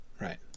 Right